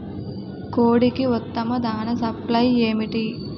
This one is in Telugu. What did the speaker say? కోడికి ఉత్తమ దాణ సప్లై ఏమిటి?